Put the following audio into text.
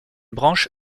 branche